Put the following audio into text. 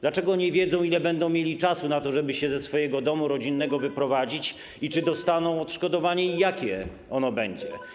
Dlaczego nie wiedzą, ile będą mieli czasu na to, żeby się ze swojego domu rodzinnego wyprowadzić, czy dostaną odszkodowanie i jakie ono będzie?